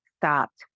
stopped